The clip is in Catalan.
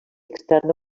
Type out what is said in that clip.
externa